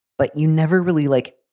but you never really, like,